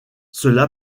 cela